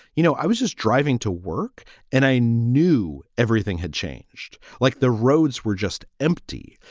you know, i was just driving to work and i knew everything had changed. like, the roads were just empty.